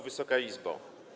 Wysoka Izbo!